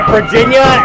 Virginia